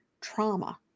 trauma